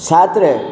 ସାତରେ